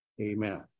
Amen